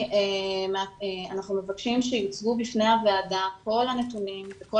ואנחנו מבקשים שיוצגו בפני הוועדה כל הנתונים וכל